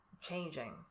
changing